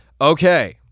okay